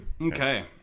Okay